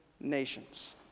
nations